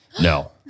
No